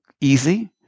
easy